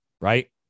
right